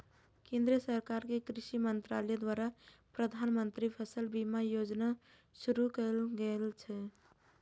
केंद्र सरकार के कृषि मंत्रालय द्वारा प्रधानमंत्री फसल बीमा योजना शुरू कैल गेल छै